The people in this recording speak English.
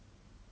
mm